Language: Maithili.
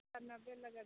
एक सए नबे लगबियौ